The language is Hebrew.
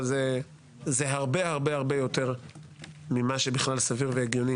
אבל זה הרבה-הרבה יותר ממה שבכלל סביר והגיוני